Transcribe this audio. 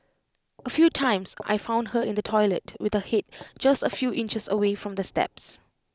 A few times I found her in the toilet with her Head just A few inches away from the steps